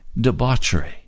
debauchery